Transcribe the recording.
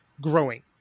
growing